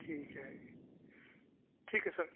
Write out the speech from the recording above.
ਠੀਕ ਹੈ ਜੀ ਠੀਕ ਹੈ ਸਰ